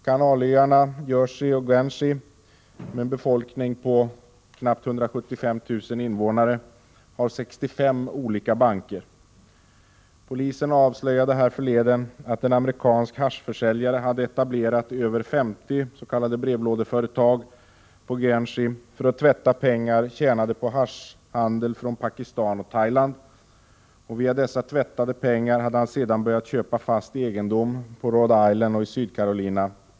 Kanalöarna Jersey och Guernsey, med en befolkning på knappt 175 000 invånare, har 65 olika banker. Polisen avslöjade härförleden att en amerikansk haschförsäljare hade etablerat över 50 s.k. brevlådeföretag på Guernsey för att tvätta pengar tjänade på haschhandel från Pakistan och Thailand. Via dessa tvättade pengar hade han sedan börjat köpa fast egendom på Rhode Island och i South Carolina.